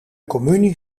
communie